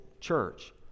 church